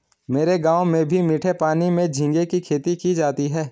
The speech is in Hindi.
मेरे गांव में भी मीठे पानी में झींगे की खेती की जाती है